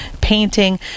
Painting